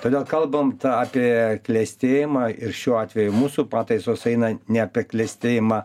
todėl kalbant apie klestėjimą ir šiuo atveju mūsų pataisos eina ne klestėjimą